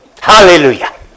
Hallelujah